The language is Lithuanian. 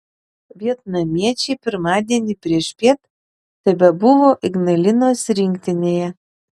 vietnamiečiai pirmadienį priešpiet tebebuvo ignalinos rinktinėje